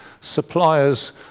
suppliers